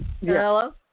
Hello